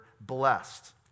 blessed